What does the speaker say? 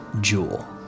jewel